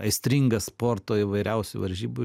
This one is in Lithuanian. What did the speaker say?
aistringas sporto įvairiausių varžybų